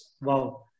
wow